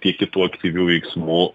tiek kitų aktyvių veiksmų